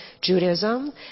Judaism